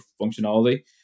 functionality